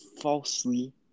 falsely